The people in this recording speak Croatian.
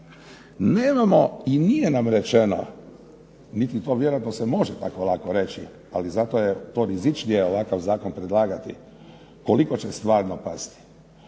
Nemamo i nije nam rečeno niti to vjerojatno se može tako lako reći, ali zato je to rizičnije ovakav zakon predlagati, koliko će stvarno pasti.